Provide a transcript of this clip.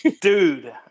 Dude